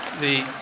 the